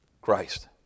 Christ